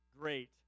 great